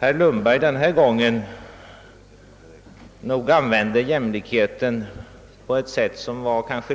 herr Lundberg denna gång åberopade jämlikheten på ett mindre lämpligt sätt.